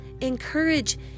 Encourage